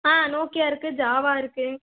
ஆ Nokia இருக்குது Java இருக்குது